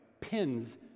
pins